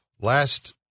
last